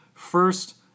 First